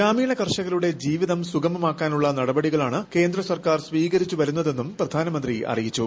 ഗ്രാമീണ കർഷകരുടെ ജീവിതം സുഗമമാക്കാനുള്ള നടപടികളാണ് കേന്ദ്ര സർക്കാർ സ്വീകരിച്ചു വരുന്നതെന്നും പ്രധാനമന്ത്രി അറിയിച്ചു